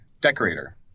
decorator